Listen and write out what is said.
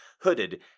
hooded